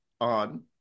on